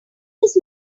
his